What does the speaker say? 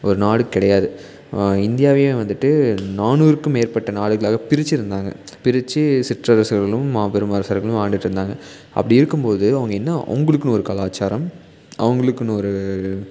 ஒரு நாடு கிடையாது இந்தியாவே வந்துட்டு நானூறுக்கு மேற்பட்ட நாடுகளாக பிரிச்சிருந்தாங்க பிரித்து சிற்றரசர்களும் மாபெரும் அரசர்களும் ஆண்டுட்ருந்தாங்க அப்படி இருக்கும்போது அவங்க என்ன அவங்களுக்குனு ஒரு கலாச்சாரம் அவங்களுக்குனு ஒரு